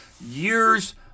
years